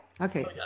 okay